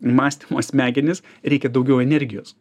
mąstymo smegenis reikia daugiau energijos